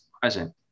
present